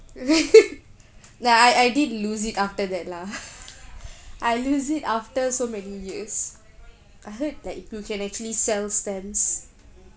nah I I did lose it after that lah I lose it after so many years I heard that you can actually sell stamps